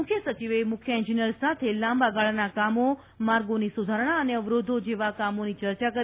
મુખ્યસચિવે મુખ્ય એન્જિનિયર સાથે લાંબાગાળાના કામો માર્ગોની સુધારણા અને અવરોદો જેવા કામોની ચર્ચા કરી